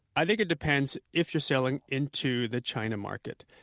i think it depends if you're selling into the china market.